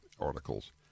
articles